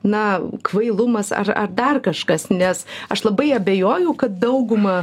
na kvailumas ar ar dar kažkas nes aš labai abejoju kad dauguma